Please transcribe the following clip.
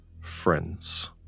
friends